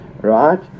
right